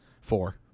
Four